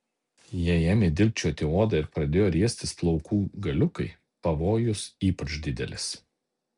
jei ėmė dilgčioti odą ir pradėjo riestis plaukų galiukai pavojus ypač didelis